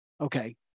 Okay